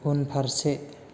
उनफारसे